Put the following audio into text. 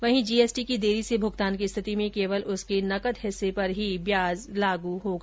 वहीं जीएसटी के देरी से भूगतान की स्थिति में केवल उसके नकद हिस्से पर ही ब्याज लागू होगा